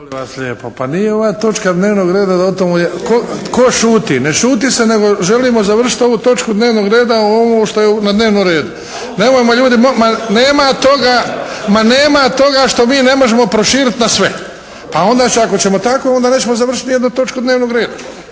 pa nije ova točka dnevnog reda o tomu tko šuti. Ne šuti se, nego želimo završiti ovu točku dnevnog reda u ovom u što je na dnevnom redu. Nemojmo ljudi, ma nema toga što mi ne možemo proširiti na sve, a onda ako ćemo tako onda nećemo završiti ni jednu točku dnevnog reda